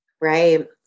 Right